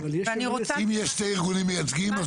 ואני רוצה --- אם יש שני ארגונים מייצגים,